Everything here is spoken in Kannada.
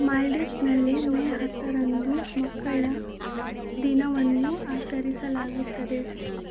ಮಾಲ್ಡೀವ್ಸ್ನಲ್ಲಿ ಮೇ ಹತ್ತರಂದು ಮಕ್ಕಳ ದಿನವನ್ನು ಆಚರಿಸಲಾಗುತ್ತದೆ